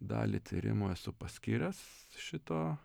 dalį tyrimų esu paskyręs šito